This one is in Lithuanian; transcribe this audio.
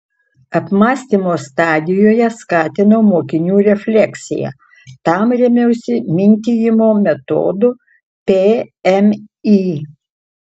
apmąstymo stadijoje skatinau mokinių refleksiją tam rėmiausi mintijimo metodu pmį